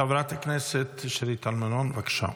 חברת הכנסת שלי טל מירון, בבקשה.